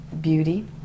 beauty